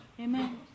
Amen